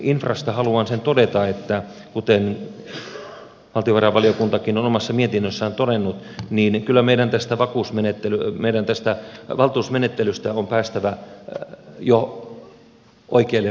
infrasta haluan todeta sen että kuten valtiovarainvaliokuntakin on omassa mietinnössään todennut niin kyllä meidän tästä valtuusmenettelystä on päästävä jo oikeille vesille